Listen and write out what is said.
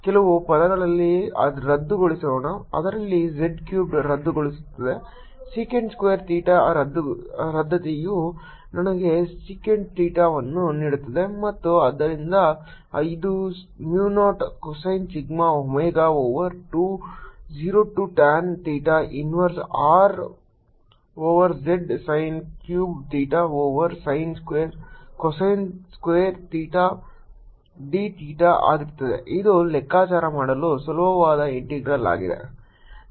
ಕೆಲವು ಪದಗಳನ್ನು ರದ್ದುಗೊಳಿಸೋಣ ಅದರಲ್ಲಿ z ಕ್ಯೂಬ್ ರದ್ದುಗೊಳ್ಳುತ್ತದೆ secant ಸ್ಕ್ವೇರ್ ಥೀಟಾ ರದ್ದತಿಯು ನನಗೆ sec ಥೀಟಾವನ್ನು ನೀಡುತ್ತದೆ ಮತ್ತು ಆದ್ದರಿಂದ ಇದು mu 0 cosine sigma omega over 2 0 to tan theta inverse R over z sin cube theta over cosine square theta d theta ಆಗುತ್ತದೆ ಇದು ಲೆಕ್ಕಾಚಾರ ಮಾಡಲು ಸುಲಭವಾದ ಇಂಟೆಗ್ರಲ್ ಆಗಿದೆ